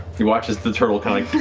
you watch as the turtle kind of